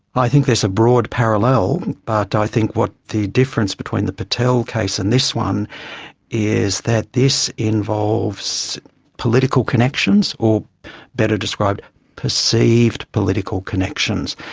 i think there's a broad parallel, but i think what the difference between the patel case and this one is that this involves political connections or better described as perceived political connections.